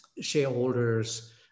shareholders